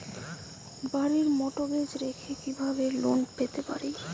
বাড়ি মর্টগেজ রেখে কিভাবে লোন পেতে পারি?